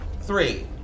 Three